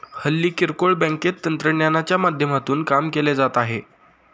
हल्ली किरकोळ बँकेत तंत्रज्ञानाच्या माध्यमातून काम केले जात आहे